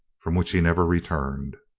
from which he never returned.